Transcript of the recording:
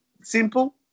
Simple